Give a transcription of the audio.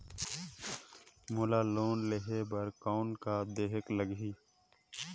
मोला लोन लेहे बर कौन का देहेक लगही?